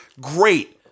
great